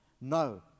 no